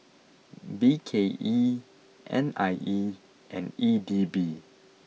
B K E N I E and E D B